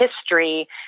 history